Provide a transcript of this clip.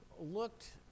looked